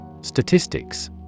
Statistics